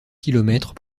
kilomètres